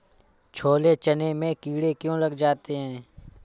छोले चने में कीड़े क्यो लग जाते हैं?